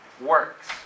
works